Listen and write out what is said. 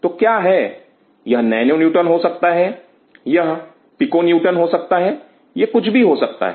तो क्या है यह नैनो न्यूटन हो सकता है यह पीको न्यूटन हो सकता है यह कुछ भी हो सकता है